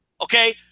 okay